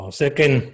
second